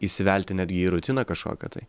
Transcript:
įsivelti netgi į rutiną kažkokią tai